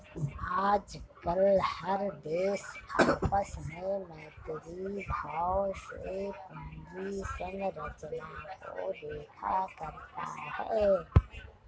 आजकल हर देश आपस में मैत्री भाव से पूंजी संरचना को देखा करता है